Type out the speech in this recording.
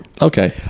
okay